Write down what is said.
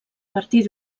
partir